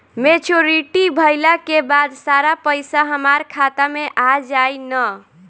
Maturity भईला के बाद सारा पईसा हमार खाता मे आ जाई न?